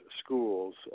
schools